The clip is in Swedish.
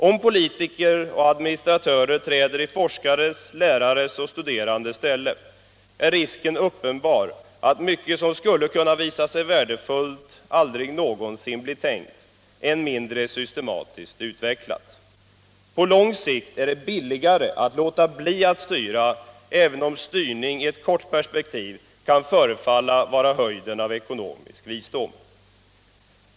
Om politiker och administratörer träder i forskares, lärares och studerandes ställe, är risken uppenbar att mycket som skulle kunna visa sig värdefullt aldrig någonsin blir tänkt, än mindre systematiskt utvecklat. På lång sikt är det billigare att låta bli att styra, även om styrning i ett kort perspektiv kan förefalla vara höjden av ekonomisk visdom.